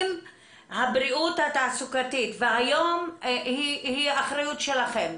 אם הבריאות התעסוקתית, והיום היא האחריות שלכם,